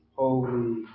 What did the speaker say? holy